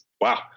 Wow